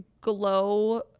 glow